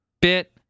bit